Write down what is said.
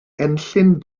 enllyn